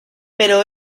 pero